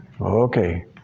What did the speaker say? okay